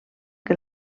que